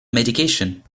medication